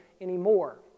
anymore